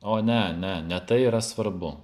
o ne ne ne tai yra svarbu